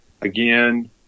again